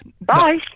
Bye